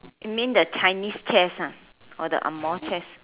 you mean the Chinese chess ah or the angmoh chess